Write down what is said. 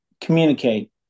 communicate